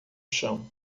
chão